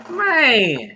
man